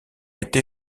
été